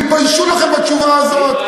תתביישו לכם בתשובה הזאת.